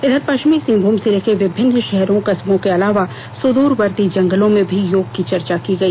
इधर पश्चिमी सिंहभूम जिले के विभिन्न शहरों कस्बों के अलावा सुदूरवर्ती जंगलों में भी योग की चर्चा की गई